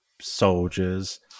soldiers